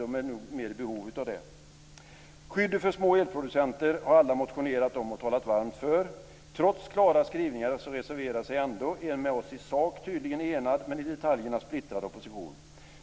Det finns nog större behov av det. Skyddet för små elproducenter har alla motionerat om och talat varmt för. Trots klara skrivningar reserverar sig ändå en med oss i sak tydligen enad, men i detaljerna splittrad opposition.